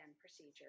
procedure